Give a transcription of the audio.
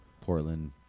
Portland